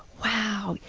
wow!